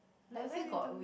does it need to be